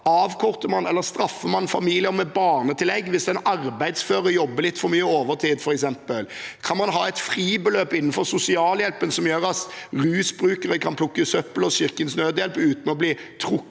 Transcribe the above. avkorter eller straffer man familier med barnetillegg, f.eks. hvis en arbeidsfør jobber litt for mye overtid? Kan man ha et fribeløp innenfor sosialhjelpen som gjør at rusbrukere kan plukke søppel for Kirkens Nødhjelp uten å bli trukket